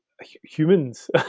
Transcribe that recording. humans